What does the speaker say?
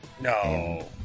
No